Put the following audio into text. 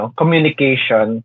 communication